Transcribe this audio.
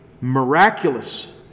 miraculous